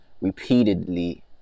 repeatedly